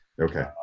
Okay